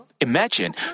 imagine